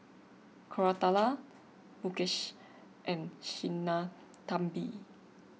Koratala Mukesh and Sinnathamby